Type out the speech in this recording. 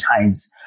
times